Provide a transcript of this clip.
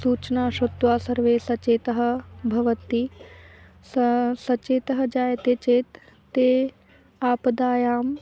सूचनां शृत्वा सर्वे सचेतः भवति स सचेतः जायते चेत् ते आपदायाम्